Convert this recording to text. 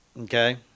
Okay